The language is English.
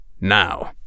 now